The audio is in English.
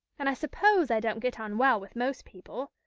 and i suppose i don't get on well with most people.